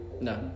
No